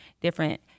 different